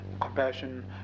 compassion